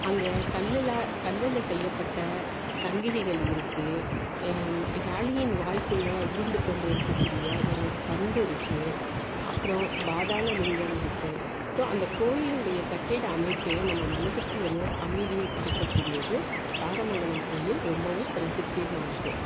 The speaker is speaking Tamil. அங்கே கல்லில் கல்லில் செய்யப்பட்ட சங்கிலிகள் இருக்குது யாழியின் வாய்க்குள்ளே உருண்டுக்கொண்டு இருக்கக்கூடிய ஒரு பந்து இருக்குது அப்புறம் பாதாள லிங்கம் இருக்குது ஸோ அந்த கோவிலுடைய கட்டிட அமைப்பே நம்ம மனதுக்கு ஒரு அமைதியை கொடுக்கக்கூடியது தாரமங்கலம் கோவில் ரொம்பவும் பிரசித்தியமானது